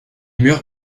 murs